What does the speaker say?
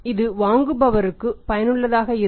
இது வாங்குபவருக்கும் பயனுள்ளதாக இருக்கும்